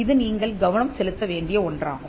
இது நீங்கள் கவனம் செலுத்த வேண்டிய ஒன்றாகும்